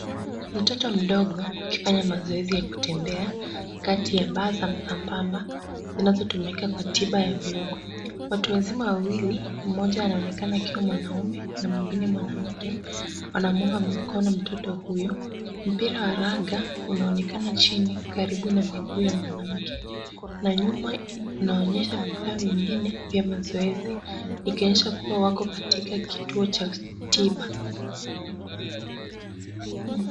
Mtoto mdogo akifanya mazoezi ya kutembea kati ya baa za msambamba zinazotumika kwa tiba ya viungo. Watu wazima wawili, mmoja anaonekana akiwa mwanamume na mwingine mwanamke wanamuunga mkono mtoto huyo. Mpira wa raga unaonekana chini karibu na miguu ya mwanamke na nyuma kunaonyesha vifaa vingine vya mazoezi ikionyesha kuwa wako katika kituo cha tiba.